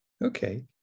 Okay